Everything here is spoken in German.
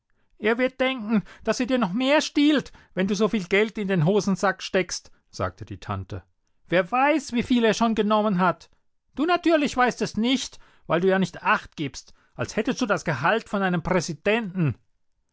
er wird denken daß er dir noch mehr stiehlt wenn du so viel geld in den hosensack steckst sagte die tante wer weiß wieviel er schon genommen hat du natürlich weißt es nicht weil du ja nicht achtgibst als hättest du das gehalt von einem präsidenten